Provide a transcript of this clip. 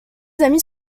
amis